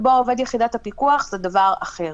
לקבוע עובד יחידת הפיקוח זה דבר אחר.